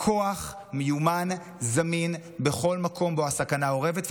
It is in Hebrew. כוח מיומן זמין בכל מקום שבו הסכנה אורבת,